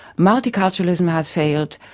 multiculturalism has failed.